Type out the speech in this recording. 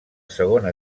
segona